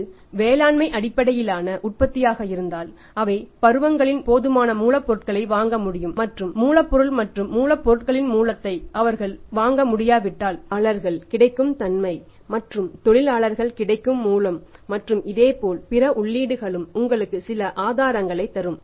இது வேளாண்மை அடிப்படையிலான உற்பத்தியாக இருந்தால் அவை பருவங்களில் போதுமான மூலப்பொருட்களை வாங்க முடியும் மற்றும் மூலப்பொருள் மற்றும் மூலப் பொருள்களின் மூலத்தை அவர்கள் வாங்க முடியாவிட்டால் தொழிலாளர்கள் கிடைக்கும் தன்மை மற்றும் தொழிலாளர்கள் கிடைக்கும் மூலம் மற்றும் இதேபோல் பிற உள்ளீடுகளும் உங்களுக்கு சில அர்த்தங்களைத் தரும்